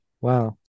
wow